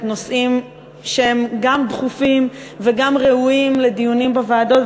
נושאים שהם גם דחופים וגם ראויים לדיונים בוועדות,